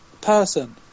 person